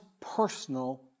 personal